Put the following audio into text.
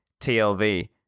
TLV